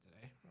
today